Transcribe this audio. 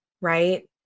right